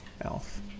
Elf